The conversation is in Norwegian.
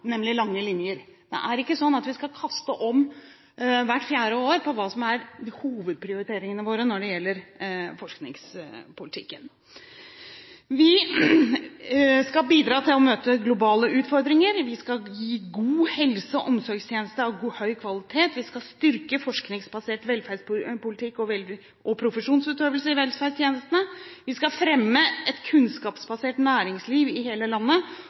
nemlig lange linjer. Det er ikke sånn at vi hvert fjerde år skal kaste om på hovedprioriteringene våre innen forskningspolitikken. Vi skal bidra til å møte globale utfordringer, vi skal gi god helse- og omsorgstjeneste av høy kvalitet, vi skal styrke forskningsbasert velferdspolitikk og profesjonsutøvelse i velferdstjenestene, vi skal fremme et kunnskapsbasert næringsliv i hele landet